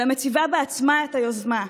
אלא מציבה בעצמה את היוזמה,